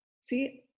See